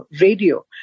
radio